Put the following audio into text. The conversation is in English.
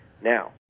Now